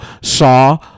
saw